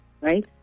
right